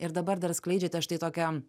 ir dabar dar skleidžiate štai tokią